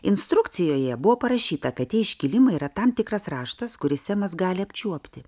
instrukcijoje buvo parašyta kad tie iškilimai yra tam tikras raštas kurį semas gali apčiuopti